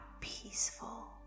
peaceful